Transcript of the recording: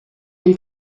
and